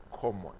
common